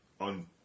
on